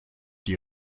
die